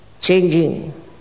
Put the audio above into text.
changing